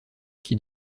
qui